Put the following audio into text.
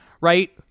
right